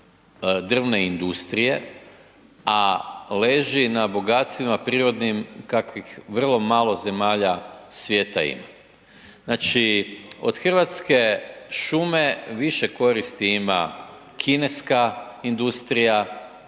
drvne industrije a leži na bogatstvima prirodnim kakvih vrlo malo zemalja svijeta ima. Znači od hrvatske šume više koristi ima kineska industrija